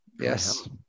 Yes